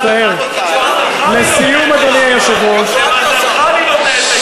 לסיום, אדוני היושב-ראש, לא, אין סיום.